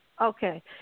Okay